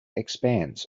expanse